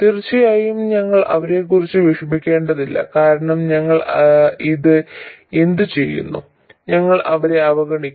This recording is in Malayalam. തീർച്ചയായും ഞങ്ങൾ അവരെക്കുറിച്ച് വിഷമിക്കേണ്ടതില്ല കാരണം ഞങ്ങൾ ഇത് എന്ത് ചെയ്യുന്നു ഞങ്ങൾ അവരെ അവഗണിക്കുന്നു